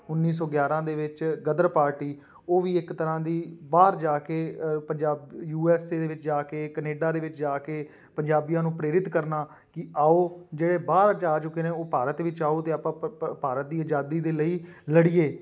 ਉੱਨੀ ਸੌ ਗਿਆਰ੍ਹਾਂ ਦੇ ਵਿੱਚ ਗਦਰ ਪਾਰਟੀ ਉਹ ਵੀ ਇੱਕ ਤਰ੍ਹਾਂ ਦੀ ਬਾਹਰ ਜਾ ਕੇ ਪੰਜਾਬ ਯੂ ਐਸ ਏ ਦੇ ਵਿੱਚ ਜਾ ਕੇ ਕਨੇਡਾ ਦੇ ਵਿੱਚ ਜਾ ਕੇ ਪੰਜਾਬੀਆਂ ਨੂੰ ਪ੍ਰੇਰਿਤ ਕਰਨਾ ਕਿ ਆਓ ਜਿਹੜੇ ਬਾਹਰ ਜਾ ਚੁੱਕੇ ਨੇ ਉਹ ਭਾਰਤ ਵਿੱਚ ਆਓ ਅਤੇ ਆਪਾਂ ਭਾਰਤ ਦੀ ਆਜ਼ਾਦੀ ਦੇ ਲਈ ਲੜੀਏ